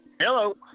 Hello